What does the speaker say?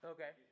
Okay